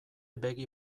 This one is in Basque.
begi